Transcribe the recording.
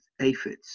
aphids